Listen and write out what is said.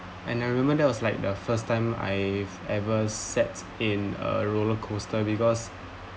and I remember that was like the first time I've ever sat in a roller coaster because